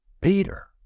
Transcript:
Peter